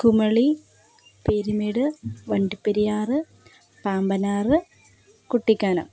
Kumily Peermade Vandiperiyar Pambanar Kuttikkanam